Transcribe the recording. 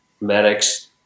medics